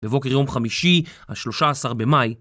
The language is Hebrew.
בבוקר יום חמישי, ה-13 במאי.